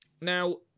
Now